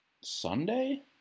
Sunday